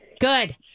Good